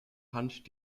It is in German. hand